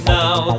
now